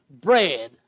bread